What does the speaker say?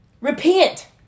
Repent